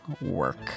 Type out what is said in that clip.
work